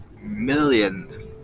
million